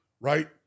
right